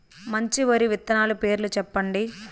మంచి వరి విత్తనాలు పేర్లు చెప్పండి?